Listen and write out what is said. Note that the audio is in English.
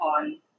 on